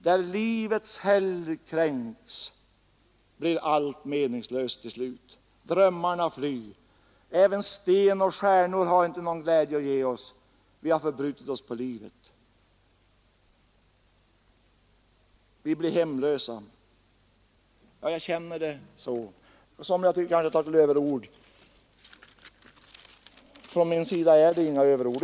Där livets helgd kränkts blir allt meningslöst till slut. Drömmarna flyr. Inte heller sten och stjärnor har någon glädje att ge oss. Vi har förbrutit oss mot livet. Vi blir hemlösa. Jag känner det så. Somliga tycker kanske att jag tar till överord. Från min sida är det inga överord.